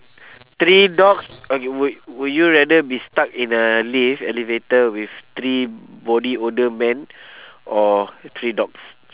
three dogs okay would would you rather be stuck in a lift elevator with three body odour men or three dogs